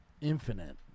Infinite